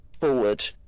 forward